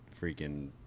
freaking